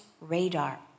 radar